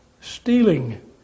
stealing